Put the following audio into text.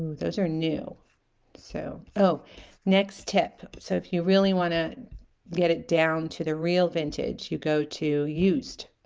those are new so oh next tip so if you really want to get it down to the real vintage you go to used